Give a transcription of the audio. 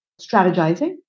strategizing